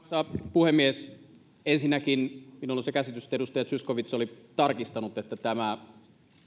puhemies ensinnäkin minulla on ollut se käsitys että edustaja zyskowicz oli tarkistanut että tämä